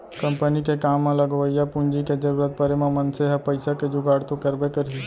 company के काम म लगवइया पूंजी के जरूरत परे म मनसे ह पइसा के जुगाड़ तो करबे करही